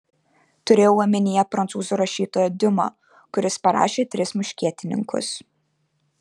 turėjau omenyje prancūzų rašytoją diuma kuris parašė tris muškietininkus